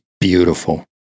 beautiful